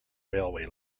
railway